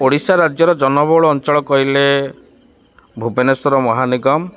ଓଡ଼ିଶା ରାଜ୍ୟର ଜନବହୁଳ ଅଞ୍ଚଳ କହିଲେ ଭୁବନେଶ୍ୱର ମହାନିଗମ